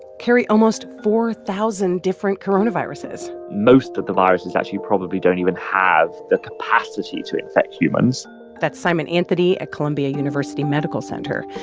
carry almost four thousand different coronaviruses most of the viruses, actually, probably don't even have the capacity to infect humans that's simon anthony at columbia university medical center.